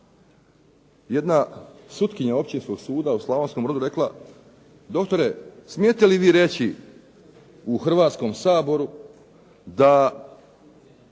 jedna sutkinja Općinskog suda u Slavonskom Brodu rekla doktore smijete li vi reći u Hrvatskom saboru da